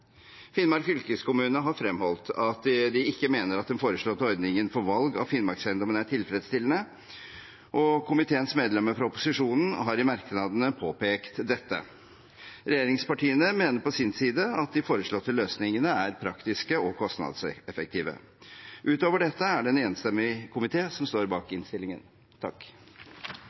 Finnmark fylkeskommune har fremholdt at de ikke mener at den foreslåtte ordningen for valg av Finnmarkseiendommen er tilfredsstillende, og komiteens medlemmer fra opposisjonen har i merknadene påpekt dette. Regjeringspartiene mener på sin side at de foreslåtte løsningene er praktiske og kostnadseffektive. Utover dette er det en enstemmig komité som står bak innstillingen.